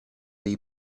dei